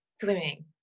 swimming